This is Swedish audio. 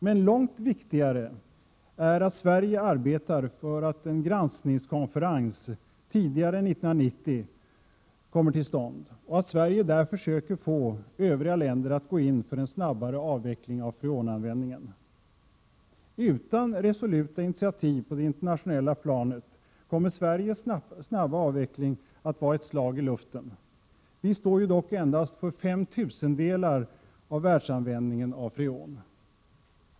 Men långt viktigare är att Sverige arbetar för att en granskningskonferens kommer till stånd tidigare än 1990 och att Sverige där försöker få övriga länder att gå in för en snabbare avveckling av freonanvändningen. Utan resoluta initiativ på det internationella planet kommer Sveriges snabba avveckling att vara ett slag i luften. Vi står dock endast för fem tusendelar av världsanvändningen av freon.